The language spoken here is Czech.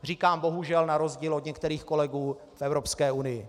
Říkám bohužel, na rozdíl od některých kolegů v Evropské unii.